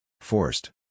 Forced